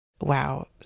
Wow